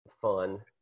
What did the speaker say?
fun